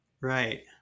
Right